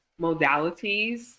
modalities